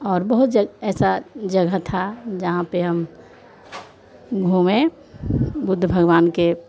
और बहुत जो ऐसी जगह थी जहाँ पर हम घूमें बुद्ध भगवान के